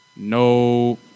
No